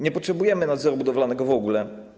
Nie potrzebujemy nadzoru budowlanego w ogóle.